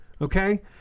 Okay